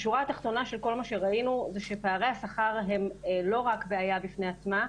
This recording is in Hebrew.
השורה התחתונה של כל מה שראינו זה שפערי השכר הם לא רק בעיה בפני עצמה,